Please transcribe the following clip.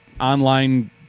online